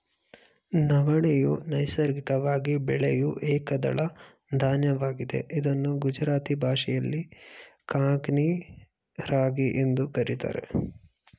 ನವಣೆಯು ನೈಸರ್ಗಿಕವಾಗಿ ಬೆಳೆಯೂ ಏಕದಳ ಧಾನ್ಯವಾಗಿದೆ ಇದನ್ನು ಗುಜರಾತಿ ಭಾಷೆಯಲ್ಲಿ ಕಾಂಗ್ನಿ ರಾಗಿ ಎಂದು ಕರಿತಾರೆ